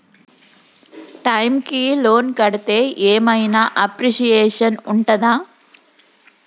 Time కి loan కడ్తే ఏం ఐనా అప్రిషియేషన్ ఉంటదా?